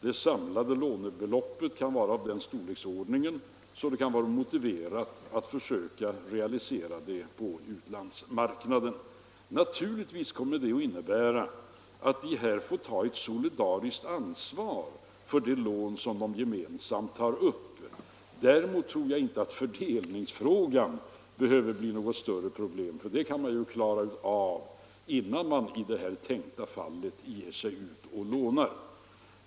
Det samlade lånebeloppet kan vara av den storleksordningen att det är motiverat att försöka realisera lånet på utlandsmarknaden. Naturligtvis kommer det att innebära att dessa företag får ta ett solidariskt ansvar för det lån som de gemensamt skaffar sig. Däremot tror jag inte att fördelningsfrågan behöver bli något större problem, för den kan man ju klara av innan man i det här tänkta fallet ger sig ut och lånar.